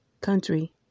country